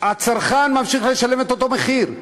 הצרכן ממשיך לשלם את אותו מחיר.